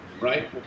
right